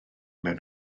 mewn